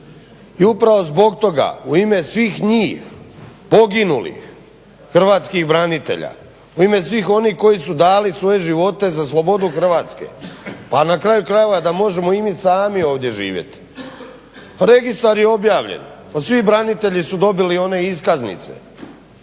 I upravo zbog toga u ime svih njih poginulih hrvatskih branitelja, u ime svih onih koji su dali svoje živote za slobodu Hrvatske, pa na kraju krajeva da možemo i mi sami ovdje živjeti. Registar je objavljen, pa svi branitelji su dobili one iskaznice,